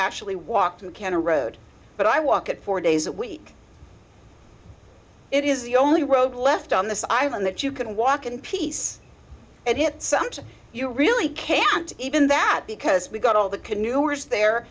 actually walked in can a road but i walk it four days a week it is the only road left on this island that you can walk in peace and hit something you really can't even that because we got all the canoe or is there